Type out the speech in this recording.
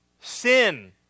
sin